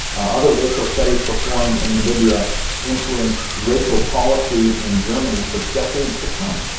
other racial studies performed in namibia influenced racial policy in germany for decades to come.